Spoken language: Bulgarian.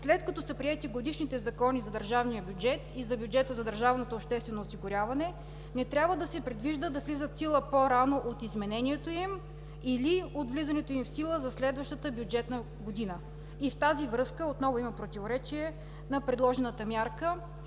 след като са приети годишните закони за държавния бюджет и за бюджета за държавното обществено осигуряване, не трябва да се предвижда да влизат в сила по-рано от изменението им или от влизането им в сила за следващата бюджетна година“. В тази връзка отново има противоречие на предложената мярка